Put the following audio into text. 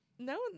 No